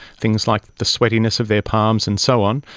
things like the sweatiness of their palms and so on,